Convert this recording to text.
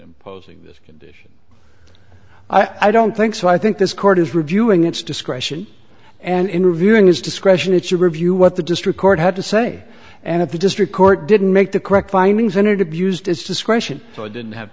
imposing this condition i don't think so i think this court is reviewing its discretion and interviewing his discretion it's to review what the district court had to say and if the district court didn't make the correct findings and and abused his discretion so i didn't have